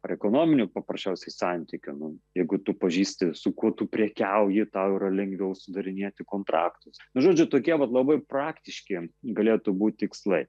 ar ekonominių paprasčiausiai santykių jeigu tu pažįsti su kuo tu prekiauji tau yra lengviau sudarinėti kontraktus žodžiu tokie vat labai praktiški galėtų būti tikslai